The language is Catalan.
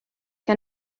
que